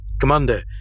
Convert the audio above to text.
Commander